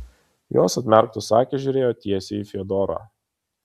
jos atmerktos akys žiūrėjo tiesiai į fiodorą